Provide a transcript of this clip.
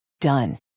Done